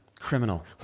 Criminal